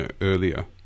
earlier